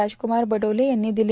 राजकुमार बडोले यांनी आज दिले